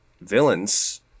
villains